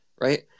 Right